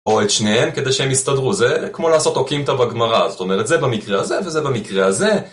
או את שניהם כדי שהם יסתדרו, זה כמו לעשות אוקימתא בגמרא, זאת אומרת, זה במקרה הזה, וזה במקרה הזה.